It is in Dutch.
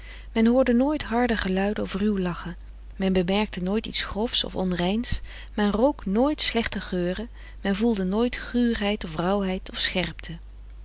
men hoorde nooit harde geluiden of ruw lachen men bemerkte nooit iets grofs of onreins men rook nooit slechte geuren men voelde nooit guurheid of rauwheid of scherpte